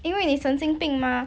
因为你神经病 mah